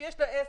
שיש לו עסק,